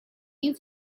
you